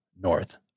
North